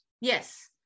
Yes